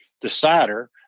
decider